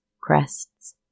crests